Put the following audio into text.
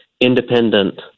independent